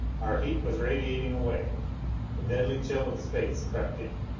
our heat was radiating away the deadly chill of space crept in.